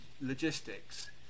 logistics